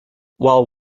while